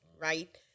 right